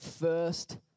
first